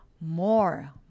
more